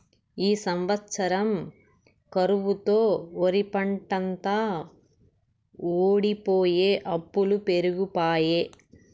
ఈ సంవత్సరం కరువుతో ఒరిపంటంతా వోడిపోయె అప్పులు పెరిగిపాయె